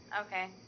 Okay